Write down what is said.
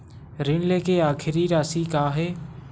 ऋण लेके आखिरी राशि का हे?